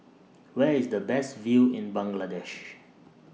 Where IS The Best View in Bangladesh